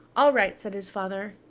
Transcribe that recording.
all right, said his father.